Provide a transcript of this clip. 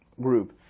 group